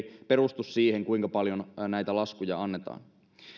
perustu siihen kuinka paljon näitä laskuja annetaan